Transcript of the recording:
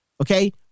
okay